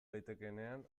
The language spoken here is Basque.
daitekeenean